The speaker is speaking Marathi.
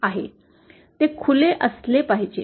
ते खुले असले पाहिजे